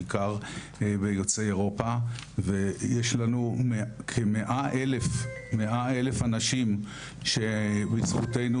בעיקר ביוצאי אירופה ויש לנו כמאה אלף אנשים שבזכותנו,